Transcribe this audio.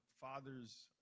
fathers